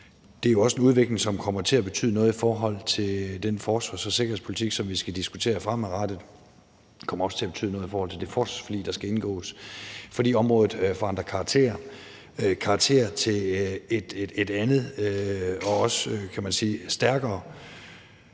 Det er også en udvikling, som kommer til at betyde noget i forhold til den forsvars- og sikkerhedspolitik, som vi skal diskutere fremadrettet. Det kommer også til at betyde noget i forhold til det forsvarsforlig, der skal indgås, fordi området forandrer karakter til et andet og, kan